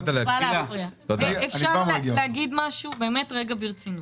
אפשר להגיד משהו ברצינות?